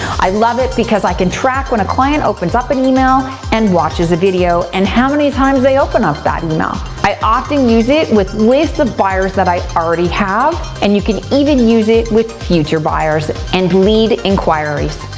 i love it because i can track when a client opens up an email and watches a video, and how many times they open up that email. i often use it with lists of buyers that i already have. and you can even use it with future buyers and lead inquiries.